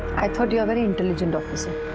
i thought you were very intelligent, officer.